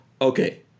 okay